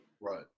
Right